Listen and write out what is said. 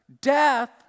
death